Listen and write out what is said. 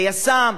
ליס"מ,